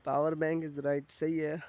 power bank is right صحیح ہے